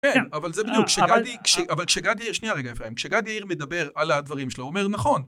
כן, אבל זה בדיוק, כשגד יאיר... שנייה רגע, אפריים. כשגד יאיר מדבר על הדברים שלו, הוא אומר נכון.